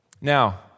Now